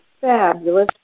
fabulous